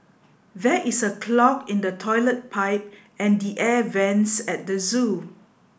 there is a clog in the toilet pipe and the air vents at the zoo